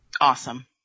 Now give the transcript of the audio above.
Awesome